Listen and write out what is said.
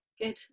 Good